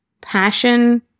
passion